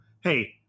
hey